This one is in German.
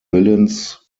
willens